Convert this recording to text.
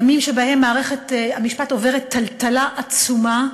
ימים שבהם מערכת המשפט עוברת טלטלה עצומה.